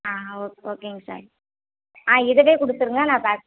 ஆ ஓ ஓகேங்க சார் ஆ இதுவே கொடுத்துருங்க நான் பேக்